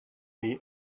and